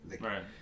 Right